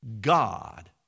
God